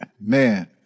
Man